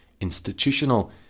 institutional